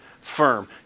firm